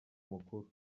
mukuru